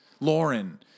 Lauren